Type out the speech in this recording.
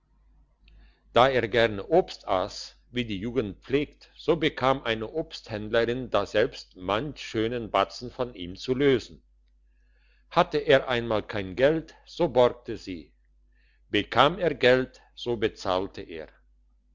da er gerne obst ass wie die jugend pflegt so bekam eine obsthändlerin daselbst manchen schönen batzen von ihm zu lösen hatte er je einmal kein geld so borgte sie bekam er geld so bezahlte er